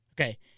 Okay